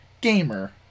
Gamer